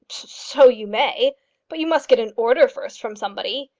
so you may but you must get an order first from somebody.